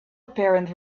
apparent